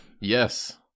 Yes